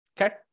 Okay